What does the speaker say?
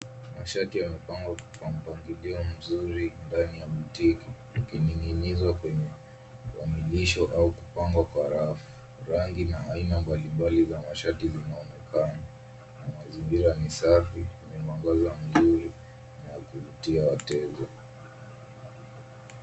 Mashati yamepangwa kwa mpangilio mzuri ndani ya botiki ikininginizwa kwenye kwamilisho au kupangwa kwa rafu. Rangi na aina mbalimbali za mashati zinaonekana . Mazingira ni safi yenye mwanga mzuri na wa kuvutia wateja .